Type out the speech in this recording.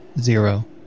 zero